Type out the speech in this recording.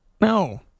No